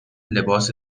لباس